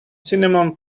cinnamon